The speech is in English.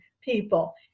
people